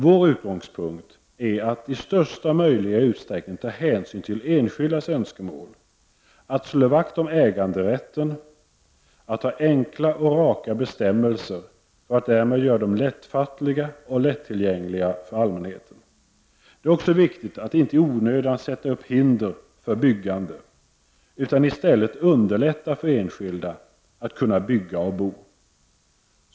Vår utgångspunkt är att i största möjliga utsträckning ta hänsyn till enskildas önskemål, att slå vakt om äganderätten, att ha enkla och raka bestämmelser för att därmed göra dem lättfattliga och lättillgängliga för allmänheten. Det är också viktigt att inte i onödan sätta upp hinder för byggande, utan i stället underlätta för enskilda att kunna bygga och bo.